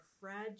fragile